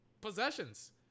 possessions